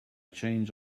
change